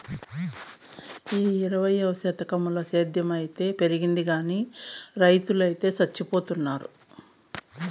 ఈ ఇరవైవ శతకంల సేద్ధం అయితే పెరిగింది గానీ రైతులు చచ్చిపోతున్నారు